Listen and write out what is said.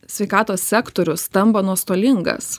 sveikatos sektorius tampa nuostolingas